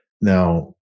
Now